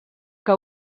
que